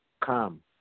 come